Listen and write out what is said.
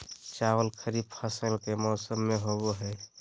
चावल खरीफ फसल के मौसम में होबो हइ